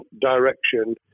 direction